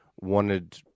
wanted